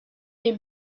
les